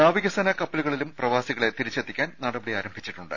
നാവിക സേനാ കപ്പലുകളിലും പ്രവാസികളെ തിരിച്ചെത്തിക്കാൻ നടപടി ആരംഭിച്ചിട്ടുണ്ട്